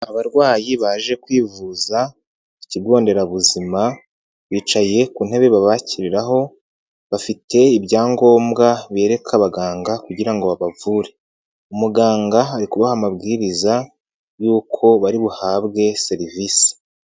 Abarwayi baje kwivuza ku kigo nderabuzima bicaye ku ntebe babashyiriraho, bafite ibyangombwa bereka abaganga kugira ngo babavure, umuganga ari kubaha amabwiriza y'uko baribuhabwe serivisi.